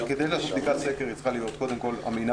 בדיקת סקר צריכה להיות קודם כול אמינה